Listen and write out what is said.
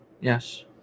Yes